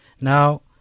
Now